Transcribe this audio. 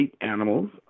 animals